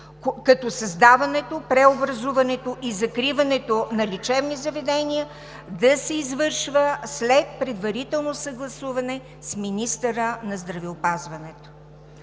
като създаването, преобразуването и закриването на лечебни заведения да се извършва след предварително съгласуване с министъра на здравеопазването.